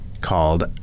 called